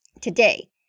today